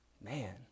Man